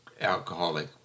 alcoholic